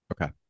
Okay